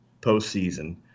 postseason